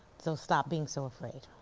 so stop being so afraid.